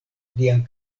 lian